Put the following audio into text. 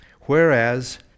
whereas